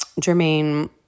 Jermaine